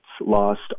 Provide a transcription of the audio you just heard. lost